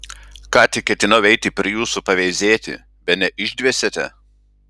ką tik ketinau eiti prie jūsų paveizėti bene išdvėsėte